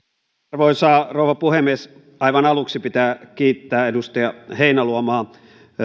arvoisa rouva puhemies aivan aluksi pitää kiittää edustaja heinäluomaa